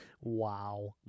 Wow